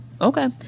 okay